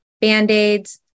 band-aids